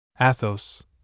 Athos